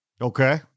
Okay